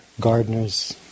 gardeners